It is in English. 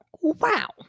Wow